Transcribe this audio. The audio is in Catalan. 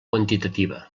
quantitativa